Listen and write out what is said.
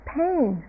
pain